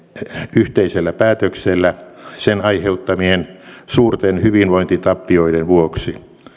yhteisellä päätöksellä sen aiheuttamien suurten hyvinvointitappioiden vuoksi